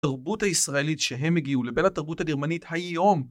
התרבות הישראלית שהם הגיעו לבין התרבות הגרמנית היום